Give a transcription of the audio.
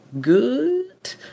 good